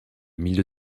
milieu